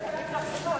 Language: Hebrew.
זה לא השתמע מאף אחד.